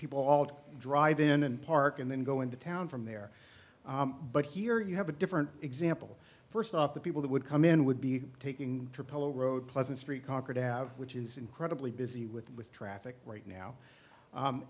people all drive in and park and then go into town from there but here you have a different example first off the people that would come in would be taking triple zero road pleasant street concord have which is incredibly busy with with traffic right now